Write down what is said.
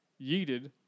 yeeted